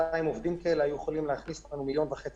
200 עובדים כאלה היו יכולים להכניס לנו מיליון שקל וחצי,